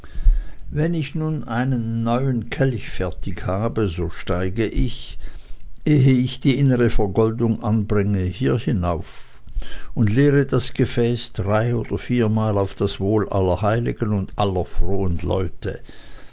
wenn ich nun einen neuen kelch fertig habe so steige ich eh ich die innere vergoldung anbringe hier hinauf und leere das gefäß drei oder viermal auf das wohl aller heiligen und aller frohen leute